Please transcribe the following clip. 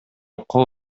кол